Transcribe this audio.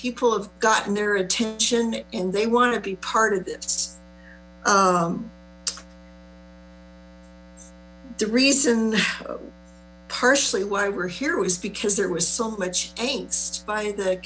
people have gotten their attention and they want to be part of this three reason partially why we're here was because there was so much angst by the